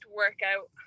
workout